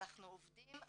אנחנו עובדים,